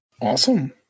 Awesome